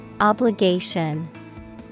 Obligation